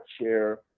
chair